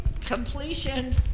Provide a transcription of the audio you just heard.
completion